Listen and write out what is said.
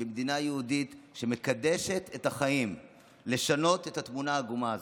במדינה יהודית שמקדשת את החיים לשנות את התמונה העגומה הזו.